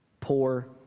poor